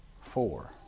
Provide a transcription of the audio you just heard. four